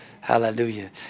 Hallelujah